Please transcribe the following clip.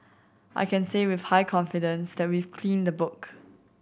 I can say with high confidence that we've cleaned the book